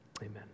amen